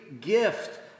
gift